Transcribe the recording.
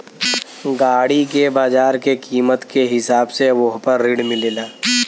गाड़ी के बाजार के कीमत के हिसाब से वोह पर ऋण मिलेला